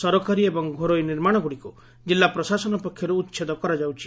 ଶ୍ରୀମ ଏବଂ ଘରୋଇ ନିର୍ମାଶଗୁଡ଼ିକୁ ଜିଲ୍ଲା ପ୍ରଶାସନ ପକ୍ଷରୁ ଉଛେଦ କରାଯାଉଛି